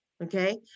Okay